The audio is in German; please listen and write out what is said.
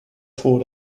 froh